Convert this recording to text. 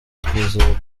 twizeye